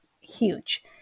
huge